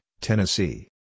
Tennessee